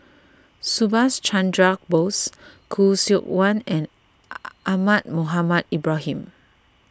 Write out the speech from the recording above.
Subhas Chandra Bose Khoo Seok Wan and Ahmad Mohamed Ibrahim